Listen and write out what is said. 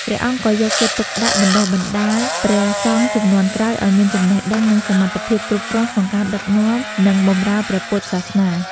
ព្រះអង្គក៏យកចិត្តទុកដាក់បណ្ដុះបណ្ដាលព្រះសង្ឃជំនាន់ក្រោយឱ្យមានចំណេះដឹង និងសមត្ថភាពគ្រប់គ្រាន់ក្នុងការដឹកនាំ និងបម្រើព្រះពុទ្ធសាសនា។